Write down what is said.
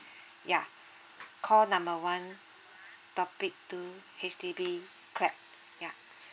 yeah call number one topic two H_D_B clap yeah